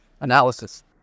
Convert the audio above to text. Analysis